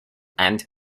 and